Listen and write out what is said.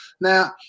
Now